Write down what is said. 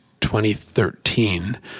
2013